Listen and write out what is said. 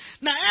Now